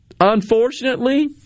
unfortunately